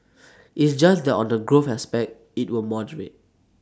it's just that on the growth aspect IT will moderate